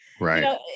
right